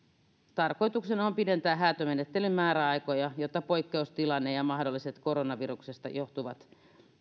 tarkoituksena on pidentää häätömenettelyn määräaikoja jotta poikkeustilanne ja mahdolliset koronaviruksesta johtuvat